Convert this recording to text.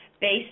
based